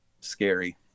scary